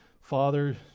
Father